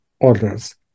orders